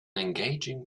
engaging